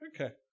Okay